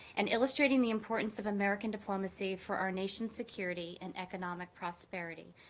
and illustrating the importance of american diplomacy for our nation's security and economic prosperity.